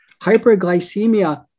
hyperglycemia